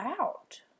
out